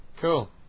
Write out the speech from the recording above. Cool